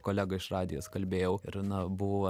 kolega iš radijos kalbėjau ir na buvo